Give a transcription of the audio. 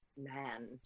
man